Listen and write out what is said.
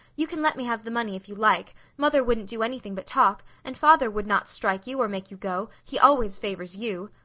you can let me have the money if you like. mother wouldn't do anything but talk and father would not strike you, or make you go, he always favours you.